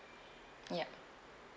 yup